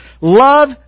Love